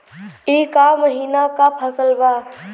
ई क महिना क फसल बा?